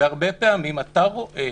והרבה פעמים אתה רואה